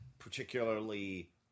particularly